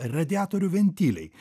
radiatorių ventiliai